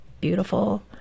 beautiful